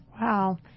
Wow